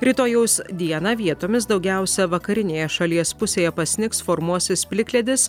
rytojaus dieną vietomis daugiausia vakarinėje šalies pusėje pasnigs formuosis plikledis